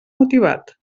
motivat